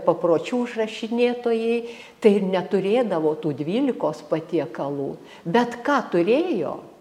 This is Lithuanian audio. papročių užrašinėtojai tai ir neturėdavo tų dvylikos patiekalų bet ką turėjo